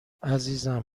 عزیزم